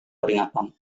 peringatan